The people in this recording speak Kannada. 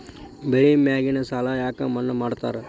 ಬೆಳಿ ಮ್ಯಾಗಿನ ಸಾಲ ಯಾಕ ಮನ್ನಾ ಮಾಡ್ತಾರ?